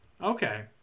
okay